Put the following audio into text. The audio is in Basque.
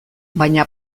baina